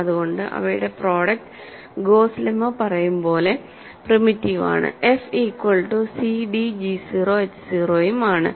അതുകൊണ്ടു അവയുടെ product goes lemma പറയുംപോലെ പ്രിമിറ്റീവ് ആണ് f equal to cd g 0 h 0 ഉം ആണ്